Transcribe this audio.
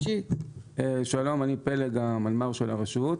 שלום, אני המנמ"ר של הרשות.